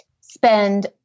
spend